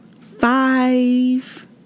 five